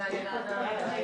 מי